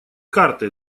карты